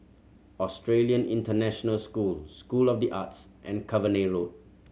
Australian International School School of The Arts and Cavenagh Road